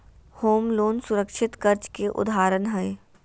home loan सुरक्षित कर्ज के उदाहरण हय